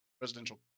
residential